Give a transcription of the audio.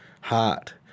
heart